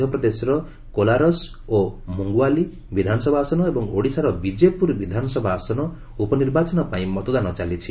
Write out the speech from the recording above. ମଧ୍ୟପ୍ରଦେଶର କୋଲାରସ୍ ଓ ମୁଙ୍ଗାଓଲି ବିଧାନସଭା ଆସନ ଏବଂ ଓଡ଼ିଶାର ବିଜେପ୍ରର ବିଧାନସଭା ଆସନ ଉପନିର୍ବାଚନ ପାଇଁ ମତଦାନ ଚାଲିଛି